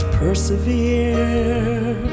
persevere